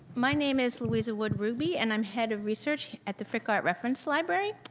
my name is louisa wood ruby, and i'm head of research at the frick art reference library.